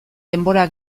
denbora